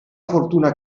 fortuna